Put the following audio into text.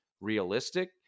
realistic